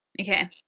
Okay